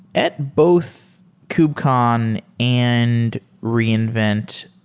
at both kubcon and reinvent,